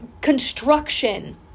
construction